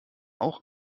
auch